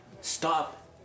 Stop